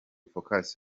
focus